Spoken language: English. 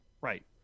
right